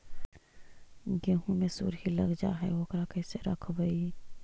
गेहू मे सुरही लग जाय है ओकरा कैसे रखबइ?